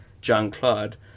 Jean-Claude